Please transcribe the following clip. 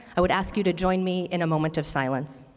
i would ask you to join me in a moment of silence.